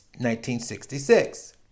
1966